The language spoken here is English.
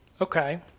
okay